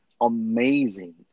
amazing